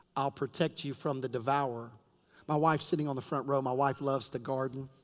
i'll protect you from the devourer my wife, sitting on the front row. my wife loves to garden.